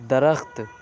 درخت